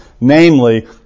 Namely